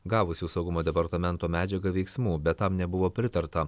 gavusių saugumo departamento medžiagą veiksmų bet tam nebuvo pritarta